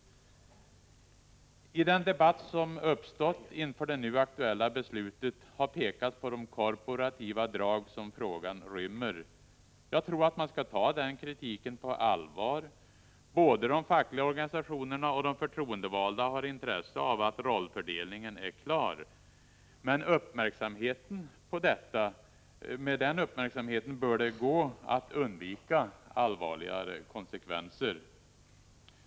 I den debatt som uppstått inför det nu aktuella beslutet har pekats på de korporativa drag som frågan rymmer. Jag tror att man skall ta den kritiken på allvar. Både de fackliga organisationerna och de förtroendevalda har intresse av att rollfördelningen är klar. Med uppmärksamheten på detta bör det gå att undvika allvarliga konsekvenser.